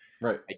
Right